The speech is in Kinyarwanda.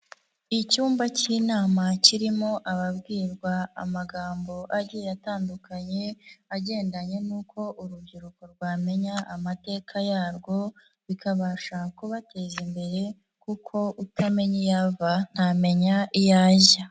Icyumba k'inama kirimo ababwirwa amagambo agiye atandukanye, agendanye n'uko urubyiruko rwamenya amateka yarwo bikabasha kubateza imbere kuko utamenya iyo ava, ntamenya iyo ajya.